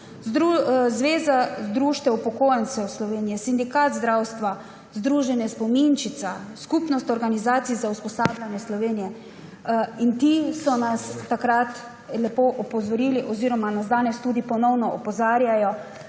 Zveze društev upokojencev Slovenije, Sindikata zdravstva, združenja Spominčica, Skupnosti organizacij za usposabljanje Slovenije. Vsi ti so nas takrat oziroma nas tudi danes ponovno opozarjajo,